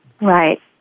Right